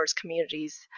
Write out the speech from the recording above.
communities